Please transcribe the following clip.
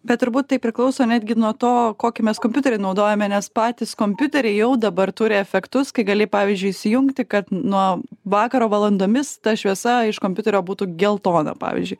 bet turbūt tai priklauso netgi nuo to kokį mes kompiuterį naudojame nes patys kompiuteriai jau dabar turi efektus kai gali pavyzdžiui įsijungti kad nuo vakaro valandomis ta šviesa iš kompiuterio būtų geltona pavyzdžiui